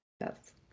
Yes